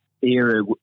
era